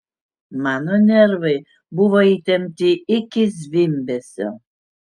mano nervai buvo įtempti iki zvimbesio